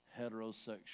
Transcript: heterosexual